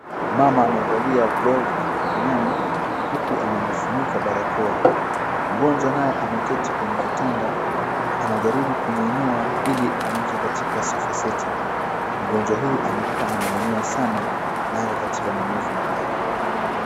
Mama amevalia gloves mkononi huku amejifunika barakoa. Mgonjwa naye ameketi kwenye kitanda, anajariu kumuinua ili amweke katika sofaseti. Mgonjwa huyu amekaa amelemewa sana na ako katika maumivu makali.